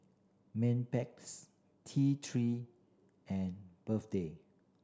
Mepilex T Three and